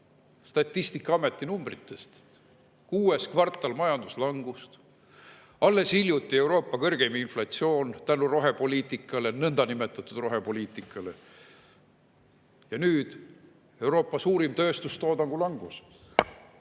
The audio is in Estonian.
Statistikaameti numbritest. Kuues kvartal majanduslangust, alles hiljuti Euroopa kõrgeim inflatsioon tänu rohepoliitikale, nõndanimetatud rohepoliitikale. Ja nüüd Euroopa suurim tööstustoodangu langus.